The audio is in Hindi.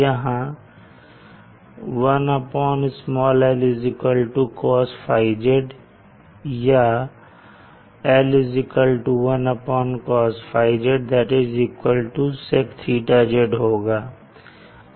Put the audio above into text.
यहां 1lcos θz या l 1cos θz sec θz होगा